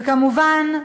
וכמובן,